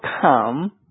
come